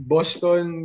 Boston